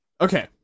Okay